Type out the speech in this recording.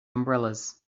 umbrellas